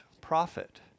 prophet